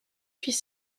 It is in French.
puis